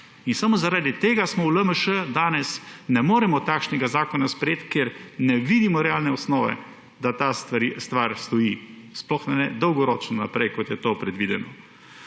In samo zaradi tega v LMŠ danes ne moremo takšnega zakona sprejeti, ker ne vidimo realne osnove, da ta stvar stoji, sploh pa ne dolgoročno naprej, kot je to predvideno.